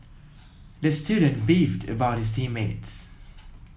the student beefed about his team mates